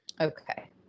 Okay